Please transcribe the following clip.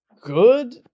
good